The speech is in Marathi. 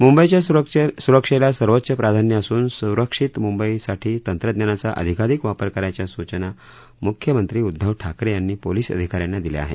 मुंबईच्या सुरक्षेला सर्वोच्च प्राधान्य असून सुरक्षित मुंबईसाठी तंत्रज्ञानाचा अधिकाधिक वापर करायच्या सूचना मुख्यमंत्री उद्दव ठाकरे यांनी पोलिस अधिकाऱ्यांना दिल्या आहेत